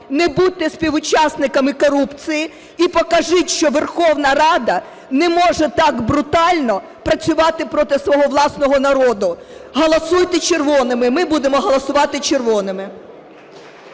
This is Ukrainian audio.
Не будьте співучасниками корупції. І покажіть, що Верховна Рада не може так брутально працювати проти свого власного народу. Голосуйте червоними. Ми будемо голосувати червоними.